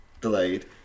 delayed